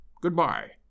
Good-bye